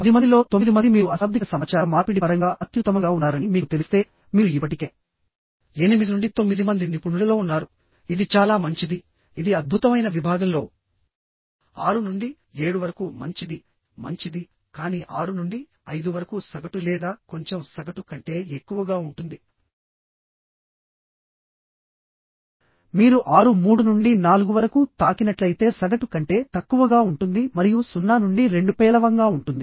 పదిమందిలో తొమ్మిది మంది మీరు అశాబ్దిక సమాచార మార్పిడి పరంగా అత్యుత్తమంగా ఉన్నారని మీకు తెలిస్తే మీరు ఇప్పటికే ఎనిమిది నుండి తొమ్మిది మంది నిపుణులలో ఉన్నారు ఇది చాలా మంచిది ఇది అద్భుతమైన విభాగంలో ఆరు నుండి ఏడు వరకు మంచిది మంచిది కానీ ఆరు నుండి ఐదు వరకు సగటు లేదా కొంచెం సగటు కంటే ఎక్కువగా ఉంటుందిమీరు ఆరు మూడు నుండి నాలుగు వరకు తాకినట్లయితే సగటు కంటే తక్కువగా ఉంటుంది మరియు సున్నా నుండి రెండు పేలవంగా ఉంటుంది